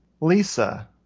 Lisa